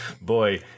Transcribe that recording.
Boy